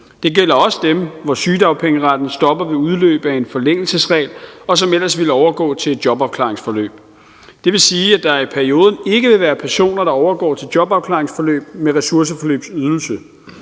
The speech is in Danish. Det gælder også dem, hvor sygedagpengeretten stopper ved udløb af en forlængelsesregel, og som ellers ville overgå til et jobafklaringsforløb. Det vil sige, at der i perioden ikke vil være personer, der overgår til jobafklaringsforløb med ressourceforløbsydelse.